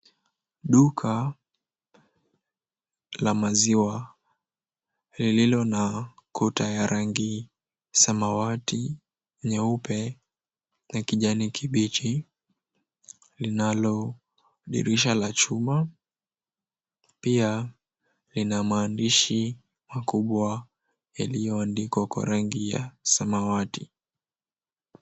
Duka la maziwa lililo na kuta ya rangi samawati, nyeupe na kijani kibichi. Linalo dirisha la chuma. Pia lina maandishi makubwa yaliyoandikwa kwa rangi ya samawati.